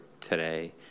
today